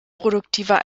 produktiver